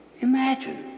Imagine